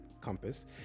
compass